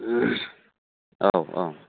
औ औ